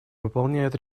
выполняет